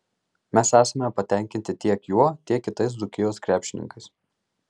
mes esame patenkinti tiek juo tiek kitais dzūkijos krepšininkais